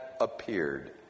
appeared